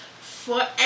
forever